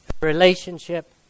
relationship